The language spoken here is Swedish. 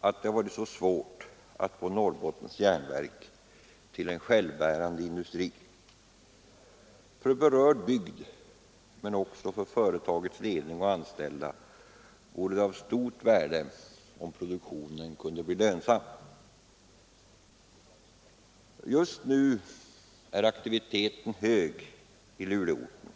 att det har varit mycket svårt att få Norrbottens järnverk till en självbärande industri. För berörd bygd, men också för företagets ledning och anställda, vore det av stort värde om produktionen kunde bli lönsam. Just nu är aktiviteten hög i Luleorten.